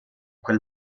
quel